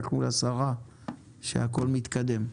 הבטחנו לשרה שהכול מתקדם.